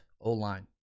O-line